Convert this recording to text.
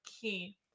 key